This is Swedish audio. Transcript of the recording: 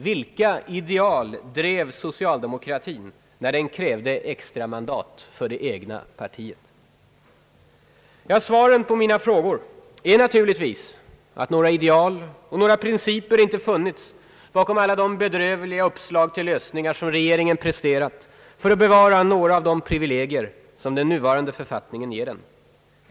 Vilka ideal drev socialdemokratin när den krävde extramandat för det egna partiet? Ja, svaren på mina frågor är naturligtvis att några ideal och principer inte funnits bakom alla de bedrövliga uppslag till lösningar som regeringen presterat för att bevara några av de privilegier som den nuvarande författningen ger dem.